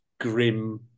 grim